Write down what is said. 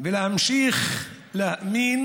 ולהמשיך להאמין